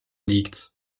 liegt